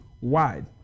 wide